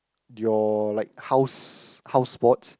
your like house house sports